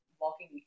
walking